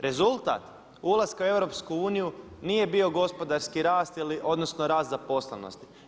Rezultat ulaska u EU nije bio gospodarski rast, odnosno rast zaposlenosti.